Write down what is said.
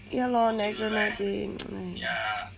ya lor national day !aiya!